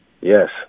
yes